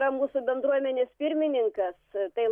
yra mūsų bendruomenės pirmininkas tai